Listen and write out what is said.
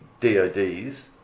DOD's